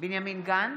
בנימין גנץ,